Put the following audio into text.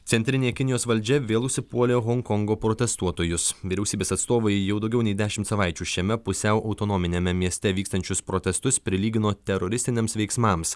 centrinė kinijos valdžia vėl užsipuolė honkongo protestuotojus vyriausybės atstovai jau daugiau nei dešimt savaičių šiame pusiau autonominiame mieste vykstančius protestus prilygino teroristiniams veiksmams